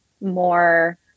more